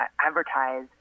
advertise